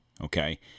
okay